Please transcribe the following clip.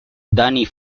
danny